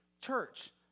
church